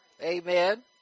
amen